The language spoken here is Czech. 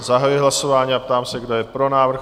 Zahajuji hlasování a ptám se, kdo je pro návrh?